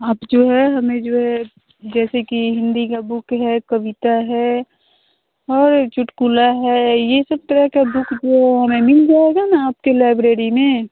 आप जो है हमें जो है जैसे कि हिन्दी का बुक है कविता है और चुटकुला है ये सब तरह का बुक जो हमें मिल जाएगा न आपके लाइब्रेरी में